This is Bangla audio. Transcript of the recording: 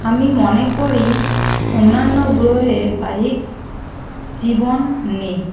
আমি মনে করি অন্যান্য গ্রহে বাহ্যিক জীবন নেই